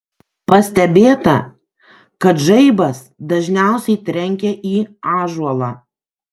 pastebėta kad žaibas dažniausiai trenkia į ąžuolą